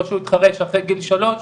או שהוא התחרש אחרי גיל שלוש,